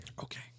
Okay